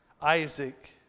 Isaac